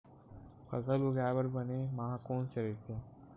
फसल उगाये बर बने माह कोन से राइथे?